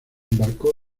embarcó